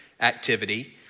activity